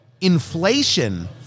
inflation